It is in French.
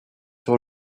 sur